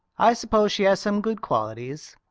i suppose she has some good qualities,